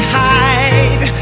hide